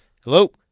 Hello